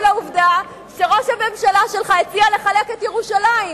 של העובדה שראש הממשלה שלך הציע לחלק את ירושלים.